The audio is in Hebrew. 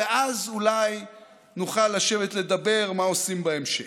ואז אולי נוכל לשבת ולדבר מה עושים בהמשך.